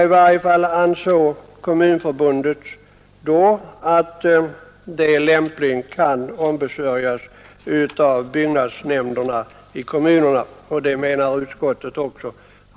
I varje fall ansåg Kommunförbundet förra året att den här verksamheten lämpligen kan ombesörjas av byggnadsnämnderna i kommunerna, och det menar utskottet också.